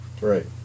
Right